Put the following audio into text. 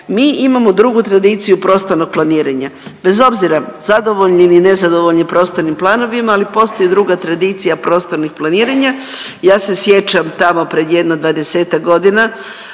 mi imamo dugu tradiciju prostornog planiranja bez obzira zadovoljni ili nezadovoljni prostornim planovima, ali postoji druga tradicija prostornih planiranja. Ja se sjećam tamo jedno pred 20-ak godina